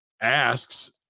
asks